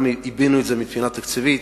גם עיבינו את זה מבחינה תקציבית.